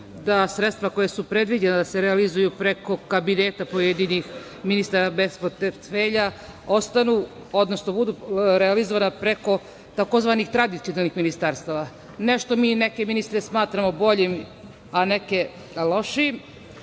da sredstva koja su predviđena da se realizuju preko Kabineta pojedinih ministara bez portfelja ostanu, odnosno budu realizovana preko tzv. tradicionalnih ministarstava. Ne što mi neke ministre smatramo boljim, a neke lošijim,